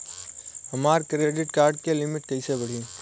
हमार credit card के limit कइसे बढ़ी?